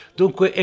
dunque